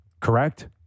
correct